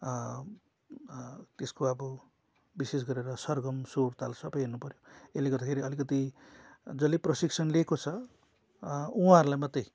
त्यसको अब विशेष गरेर सरगम सुर ताल सबै हेर्नुपर्यो यसले गर्दाखेरि अलिकति जसले प्रशिक्षण लिएको छ उहाँहरूलाई मात्रै